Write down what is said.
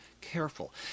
careful